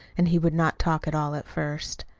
and he would not talk at all at first.